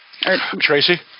Tracy